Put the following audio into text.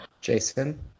Jason